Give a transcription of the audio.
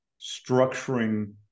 structuring